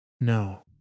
No